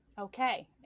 Okay